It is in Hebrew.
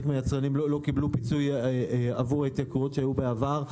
מהיצרנים לא קיבלו פיצוי עבור ההתייקרויות שהיו בעבר,